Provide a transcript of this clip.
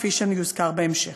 כפי שיוזכר בהמשך.